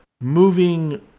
moving